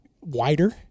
wider